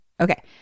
okay